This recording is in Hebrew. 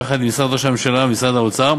יחד עם משרד ראש הממשלה ומשרד האוצר,